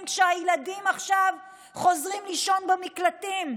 כשהילדים עכשיו חוזרים לישון במקלטים,